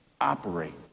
operate